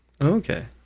Okay